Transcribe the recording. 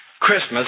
Christmas